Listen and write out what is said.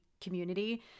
community